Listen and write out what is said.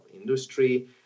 industry